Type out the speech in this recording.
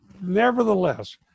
nevertheless